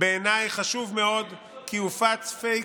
זה בעיניי חשוב מאוד כי הופץ פייק,